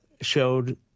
showed